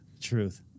truth